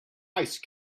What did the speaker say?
ice